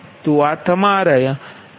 તો આ તમારીypq a